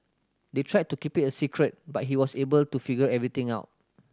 they tried to keep it a secret but he was able to figure everything out